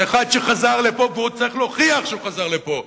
אחד שחזר לפה והוא צריך להוכיח שהוא חזר לפה,